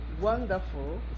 wonderful